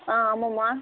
ஆ ஆமாம்மா